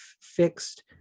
fixed